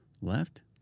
Left